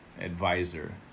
advisor